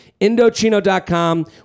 Indochino.com